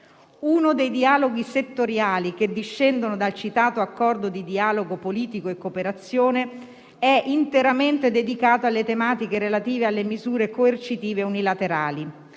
Uno dei dialoghi settoriali che discendono dal citato Accordo di dialogo politico e di cooperazione è interamente dedicato alle tematiche relative alle misure coercitive unilaterali.